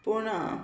पूण